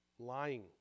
Lying